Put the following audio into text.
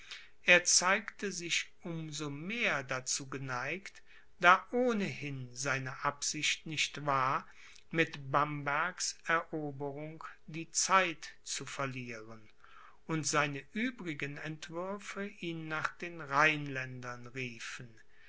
er zeigte sich um so mehr dazu geneigt da ohnehin seine absicht nicht war mit bambergs eroberung die zeit zu verlieren und seine übrigen entwürfe ihn nach den rheinländern riefen